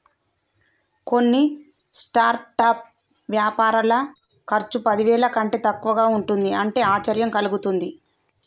కొన్ని స్టార్టప్ వ్యాపారుల ఖర్చు పదివేల కంటే తక్కువగా ఉంటుంది అంటే ఆశ్చర్యం కలుగుతుంది